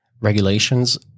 Regulations